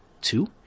Two